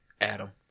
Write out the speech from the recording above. Adam